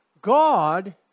God